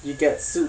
you get soup